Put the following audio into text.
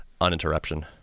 uninterruption